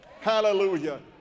Hallelujah